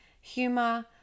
humor